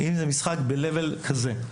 אם זה משחק ברמה כזאת.